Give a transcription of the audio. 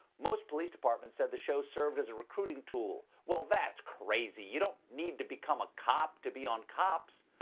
most police departments said the show served as a recruiting tool. well, that's crazy! you don't need to become a cop to be on cops.